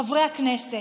חברי הכנסת,